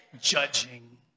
Judging